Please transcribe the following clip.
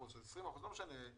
אני רואה את